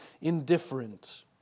indifferent